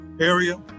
area